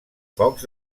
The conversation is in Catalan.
focs